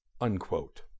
unquote